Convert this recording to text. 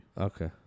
Okay